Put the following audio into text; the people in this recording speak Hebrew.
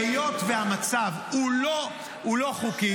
-- אומר: היות שהמצב לא חוקי,